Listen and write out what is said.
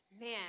man